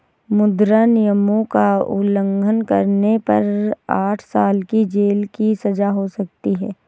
मुद्रा नियमों का उल्लंघन करने पर आठ साल की जेल की सजा हो सकती हैं